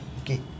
Okay